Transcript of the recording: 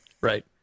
Right